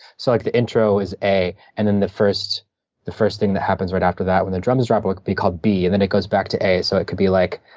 so like the intro is a, and then the first the first thing that happens right after that when the drums drop would be called b, and then it goes back to a, so it could be like,